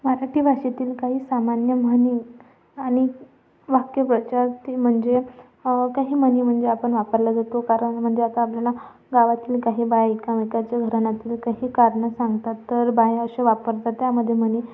मराठी भाषेतील काही सामान्य म्हणी आणि वाक्यप्रचार ते म्हणजे काही म्हणी म्हणजे आपण वापरले जातो कारण म्हणजे आता आपल्याला गावातील काही बायका एकमेकाच्या घराण्यातील काही कारणं सांगतात तर बाया अशा वापरतात त्यामध्ये म्हणी